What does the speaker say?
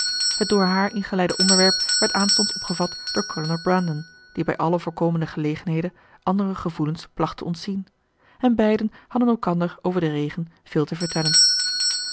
het door haar ingeleide onderwerp werd aanstonds opgevat door kolonel brandon die bij alle voorkomende gelegenheden anderer gevoelens placht te ontzien en beiden hadden elkaar over den regen veel te vertellen